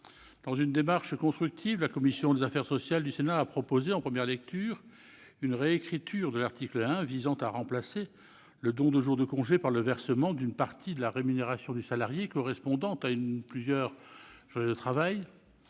Dans une démarche constructive, la commission des affaires sociales du Sénat a proposé, en première lecture, de réécrire l'article 1 pour remplacer le don de jours de congé par le versement d'une partie de la rémunération du salarié correspondant à une ou à plusieurs journées de travail.